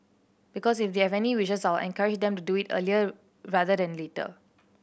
because if they have any wishes I'll encourage them to do it earlier rather than later